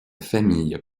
famille